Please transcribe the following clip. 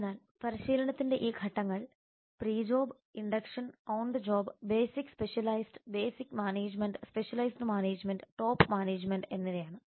അതിനാൽ പരിശീലനത്തിന്റെ ഈ ഘട്ടങ്ങൾ pre job induction on the job basic specialised basic management specialised management top management എന്നിവയാണ്